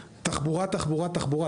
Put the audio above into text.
תחבורה, תחבורה, תחבורה.